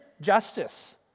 justice